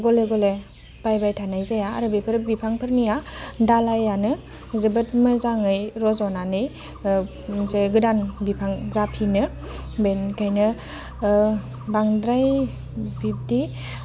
गले गले बायबाय थानाय जाया आरो बेफोर बिफांफोरनिया दालायानो जोबोद मोजाङै रज'नानै मोनसे गोदानै बिफां जाफिनो बेनिखायनो बांद्राय बिबदि